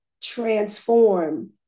transform